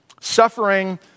Suffering